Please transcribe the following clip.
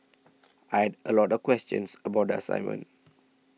I had a lot of questions about the assignment